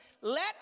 Let